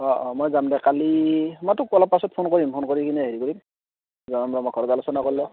অঁ অঁ মই যাম দে কালি মই তোক অলপ পাছত ফ'ন কৰিম ফ'ন কৰি কিনে হেৰি কৰিম জনাম বাৰু মই ঘৰত আলোচনা কৰি লওঁ